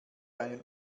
einen